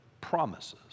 promises